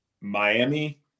Miami